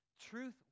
Truth